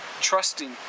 trusting